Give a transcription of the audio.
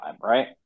right